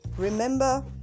Remember